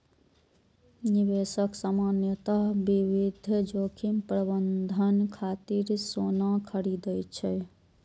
निवेशक सामान्यतः विविध जोखिम प्रबंधन खातिर सोना खरीदै छै